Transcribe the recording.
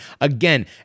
Again